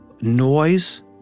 noise